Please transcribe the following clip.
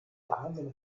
vorhandene